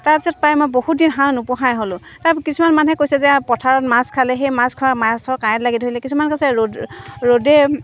তাৰপিছত প্ৰায় মই বহুত দিন হাঁহ নোপাহাই হ'লোঁ তাৰপিছত কিছুমান মানুহে কৈছে যে পথাৰত মাছ খালে সেই মাছ খোৱাৰ মাছ ধৰা কাঁইট লাগি ধৰিলে কিছুমান কৈছে ৰ'দ ৰ'দে